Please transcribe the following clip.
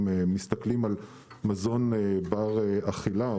אם מסתכלים על מזון בר אכילה,